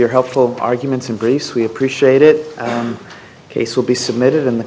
your helpful arguments and grace we appreciate it case will be submitted in the